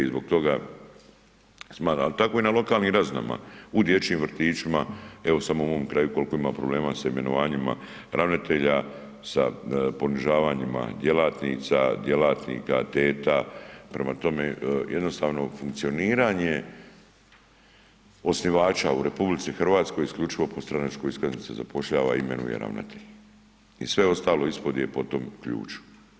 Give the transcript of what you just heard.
Ali tako je na lokalnim razinama u dječjim vrtićima, evo samo u ovom kraju koliko ima problema sa imenovanjima ravnatelja, sa ponižavanjem djelatnica, djelatnika, teta prema tome jednostavno funkcioniranje osnivača u RH isključivo po stranačkoj iskaznici se zapošljava i imenuje ravnatelje i sve ostalo ispod je po tom ključu.